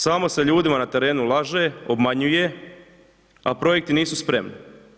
Samo se ljudima na terenu laže, obmanjuje, a projekti nisu spremni.